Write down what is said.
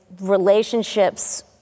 relationships